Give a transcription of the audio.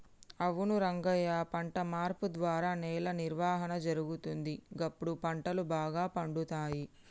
అవును రంగయ్య పంట మార్పు ద్వారా నేల నిర్వహణ జరుగుతుంది, గప్పుడు పంటలు బాగా పండుతాయి